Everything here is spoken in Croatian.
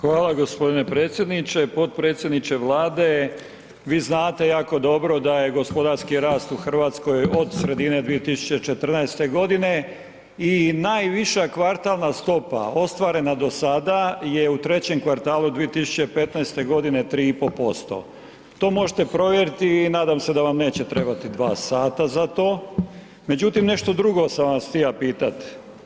Hvala g. predsjedniče, potpredsjedniče Vlade, vi znate jako dobro da je gospodarski rast u Hrvatskoj od sredine 2014. godine i najviša kvartalna stopa ostvarena do sada je u 3. kvartalu 2015. godine 3,5%. to možete provjeriti i nadam se da vam neće trebati 2 sata za to, međutim, nešto drugo sam vas htio pitati.